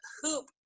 hoop